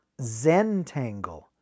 Zentangle